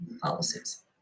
policies